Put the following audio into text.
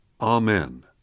Amen